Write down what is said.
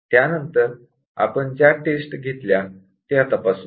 त्यानंतर आपण ज्या टेस्ट्स घेतल्या त्या तपासू